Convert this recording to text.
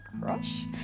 crush